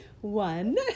One